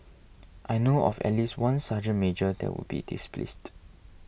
I know of at least one serge major that would be displeased